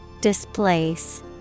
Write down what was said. Displace